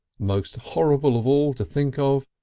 most horrible of all to think of!